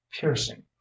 piercing